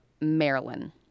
Maryland